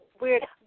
weird